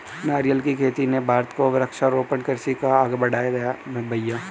नारियल की खेती ने भारत को वृक्षारोपण कृषि को आगे बढ़ाया है भईया